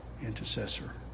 intercessor